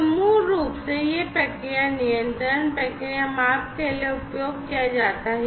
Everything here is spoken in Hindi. तो मूल रूप से यह प्रक्रिया नियंत्रण प्रक्रिया माप के लिए उपयोग किया जाता है